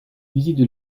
visites